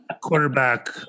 quarterback